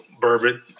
bourbon